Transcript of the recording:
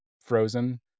frozen